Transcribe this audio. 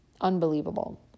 Unbelievable